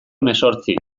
hemezortzi